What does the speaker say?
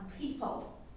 people